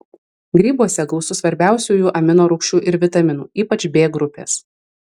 grybuose gausu svarbiausiųjų amino rūgščių ir vitaminų ypač b grupės